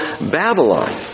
Babylon